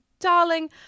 Darling